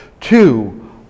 Two